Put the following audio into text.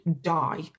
die